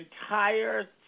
entire